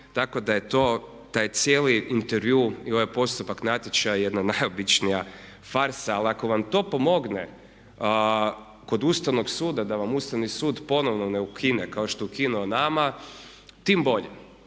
tako da je to, taj cijeli intervju i ovaj postupak natječaja jedna najobičnija farsa. Ali ako vam to pomogne kod Ustavnog suda da vam ustavni sud ponovno ne ukine kao što je ukinu nama, tim bolje.